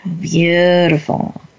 beautiful